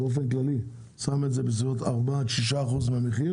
קבע שזה ארבעה עד שישה אחוזים מהמחיר